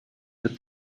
but